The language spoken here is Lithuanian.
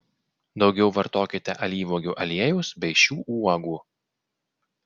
daugiau vartokite alyvuogių aliejaus bei šių uogų